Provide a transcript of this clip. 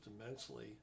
immensely